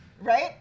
right